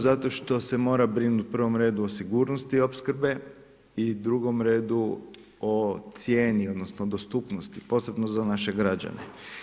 Zato što se mora brinuti u provom redu o sigurnosti opskrbe i u drugom redu, o cijeni, odnosno, dostupnosti, posebno za naše građane.